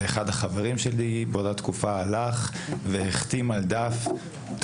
אחד החברים שלי באותה תקופה הלך והחתים על דף את